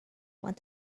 want